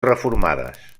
reformades